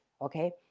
okay